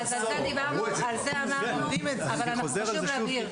אבל חשוב להבהיר,